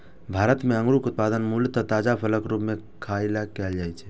भारत मे अंगूरक उत्पादन मूलतः ताजा फलक रूप मे खाय लेल कैल जाइ छै